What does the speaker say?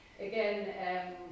again